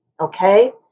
Okay